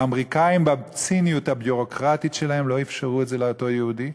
האמריקנים בציניות הביורוקרטית שלהם לא אפשרו את זה לאותו יהודי,